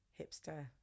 hipster